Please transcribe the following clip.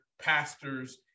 pastors